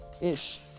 ish